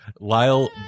Lyle